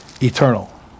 eternal